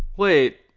wait,